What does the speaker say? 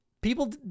people